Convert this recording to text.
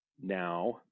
now